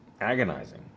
agonizing